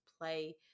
play